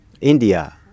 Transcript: India